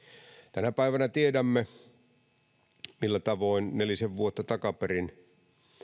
tänä päivänä tiedämme millä tavoin nelisen vuotta takaperin